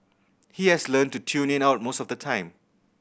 he has learnt to tune it out most of the time